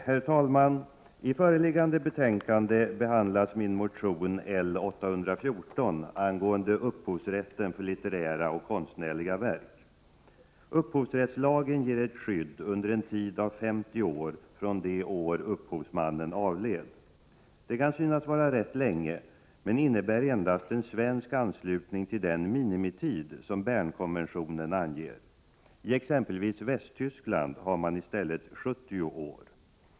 Herr talman! I föreliggande betänkande behandlas min motion L814 angående upphovsrätten för litterära och konstnärliga verk. Upphovsrättslagen ger ett skydd under en tid av 50 år från det år upphovsmannen avled. Det kan synas vara rätt länge men innebär endast en svensk anslutning till den minimitid som Bernkonventionen anger. I exempelvis Västtyskland har man i stället 70 år.